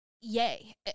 Yay